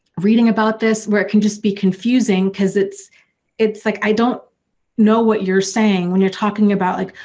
reading about this where it can just be confusing, because it's it's like i don't know what you're saying when you're talking about like,